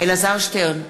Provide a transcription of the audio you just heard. אלעזר שטרן,